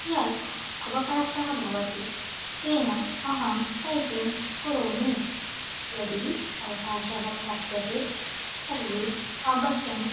यत् अवकाशः भवति तेन अहं टैपिङ्ग् करोमि यदि अवकाशः प्राप्यते तर्हि अवश्यं